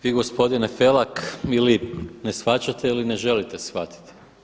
Vi, gospodine Felak, ili ne shvaćate ili ne želite shvatiti.